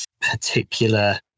particular